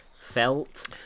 felt